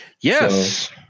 Yes